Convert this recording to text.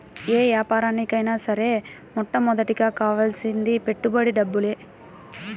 యే యాపారానికైనా సరే మొట్టమొదటగా కావాల్సింది పెట్టుబడి డబ్బులే